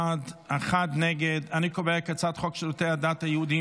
ההצעה להעביר את הצעת חוק שירותי הדת היהודיים